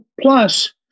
Plus